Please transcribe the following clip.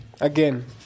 again